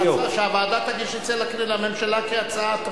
שהוועדה תגיש את זה לממשלה כהצעת ועדה.